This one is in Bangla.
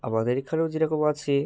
আমাদের এখানেও যেরকম আছে